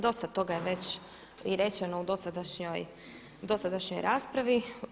Dosta toga je već i rečeno u dosadašnjoj raspravi.